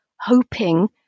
hoping